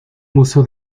museo